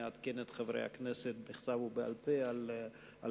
אני אעדכן את חברי הכנסת בכתב ובעל-פה על התוצאות,